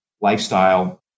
lifestyle